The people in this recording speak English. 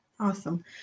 Awesome